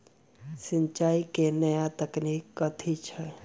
सिंचाई केँ नया तकनीक कथी छै?